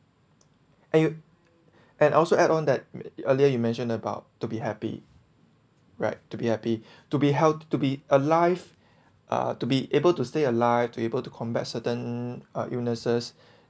and also add on that earlier you mentioned about to be happy right to be happy to be held to be alive uh to be able to stay alive to able to combat certain uh illnesses